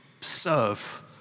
serve